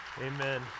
amen